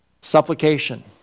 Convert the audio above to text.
supplication